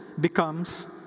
becomes